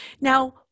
Now